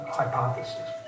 hypothesis